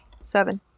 Seven